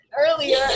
earlier